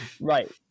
Right